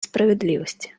справедливости